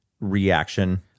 reaction